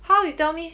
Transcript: how you tell me